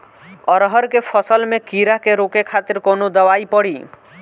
अरहर के फसल में कीड़ा के रोके खातिर कौन दवाई पड़ी?